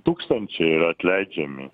tūkstančiai yra atleidžiami